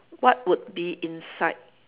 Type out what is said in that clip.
what would be inside